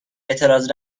اعتراض